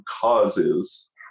causes